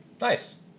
Nice